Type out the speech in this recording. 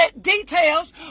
details